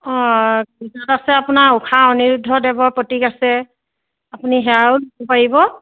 অঁ আছে আপোনাৰ ঊষা অনিৰুদ্ধদেৱৰ প্ৰতীক আছে আপুনি সেয়াও পাৰিব